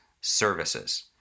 services